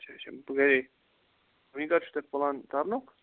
اچھا اچھا گرے وۄنۍ کر چھو تۄہہِ پٕلان ترنُک